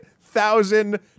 thousand